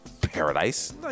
paradise